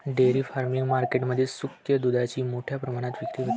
dairy farming market मध्ये सुक्या दुधाची मोठ्या प्रमाणात विक्री होते